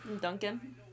Duncan